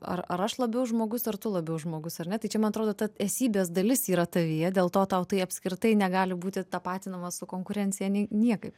ar ar aš labiau žmogus ar tu labiau žmogus ar ne tai čia man atrodo ta esybės dalis yra tavyje dėl to tau tai apskritai negali būti tapatinama su konkurencija nei niekaip